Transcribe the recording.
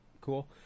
cool